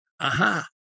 Aha